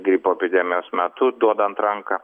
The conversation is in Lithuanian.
gripo epidemijos metu duodant ranką